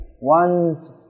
one's